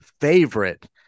favorite